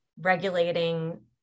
regulating